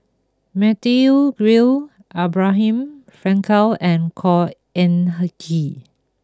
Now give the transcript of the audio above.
Matthew Ngui Abraham Frankel and Khor Ean Ghee